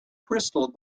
crystal